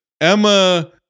Emma